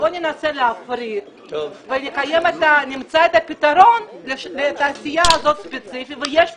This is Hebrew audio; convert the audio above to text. בואו ננסה להפריד ונמצא את הפתרון לתעשייה הזאת הספציפית ויש פתרון.